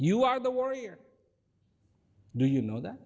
you are the worrier do you know that